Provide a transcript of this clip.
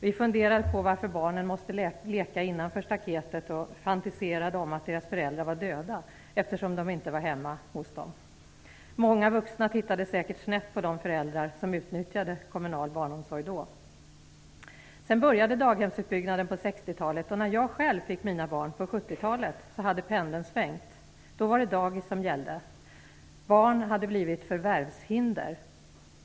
Vi funderade på varför barnen måste leka innanför staketet och fantiserade om att deras föräldrar var döda eftersom de inte var hemma hos dem. Många vuxna tittade säkert snett på de föräldrar som utnyttjade kommunal barnomsorg då. Sedan började daghemsutbyggnaden på 60-talet. När jag själv fick mina barn på 70-talet hade pendeln svängt - då var det dagis som gällde. Barn hade blivit förvärvshinder.